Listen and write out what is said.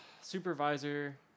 supervisor